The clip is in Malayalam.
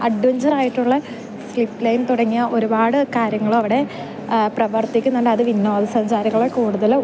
അഡ്വഞ്ചറായിട്ടുള്ള സ്ലിപ് ലൈൻ തുടങ്ങിയ ഒരുപാട് കാര്യങ്ങളും അവിടെ പ്രവർത്തിക്കുന്നുണ്ട് അത് വിനോദസഞ്ചാരികളെ കൂടുതൽ